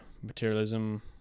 materialism